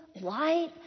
light